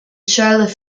charlotte